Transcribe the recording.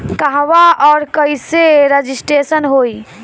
कहवा और कईसे रजिटेशन होई?